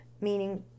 meaning